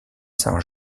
saint